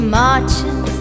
marching